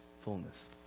fullness